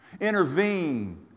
Intervene